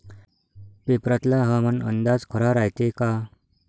पेपरातला हवामान अंदाज खरा रायते का?